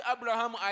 Abraham